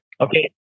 Okay